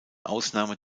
ausnahme